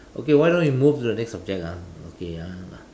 okay why don't we move to the next subject lah okay ya lah